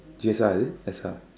G_S_R is it S_R